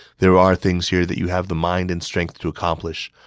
there are things here that you have the mind and strength to accomplish.